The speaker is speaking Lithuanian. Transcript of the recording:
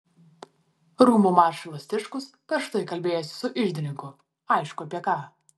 rūmų maršalas tiškus karštai kalbėjosi su iždininku aišku apie ką